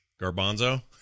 Garbanzo